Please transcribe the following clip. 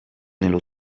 nello